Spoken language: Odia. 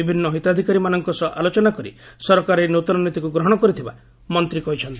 ବିଭିନ୍ନ ହିତାଧିକାରୀମାନଙ୍କ ସହ ଆଲୋଚନା କରି ସରକାର ଏହି ନୂତନ ନୀତିକୁ ଗ୍ରହଣ କରିଥିବା ମନ୍ତ୍ରୀ କହିଛନ୍ତି